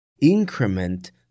increment